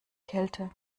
kälte